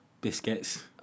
biscuits